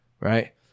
Right